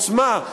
של העוצמה,